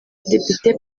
depite